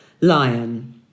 lion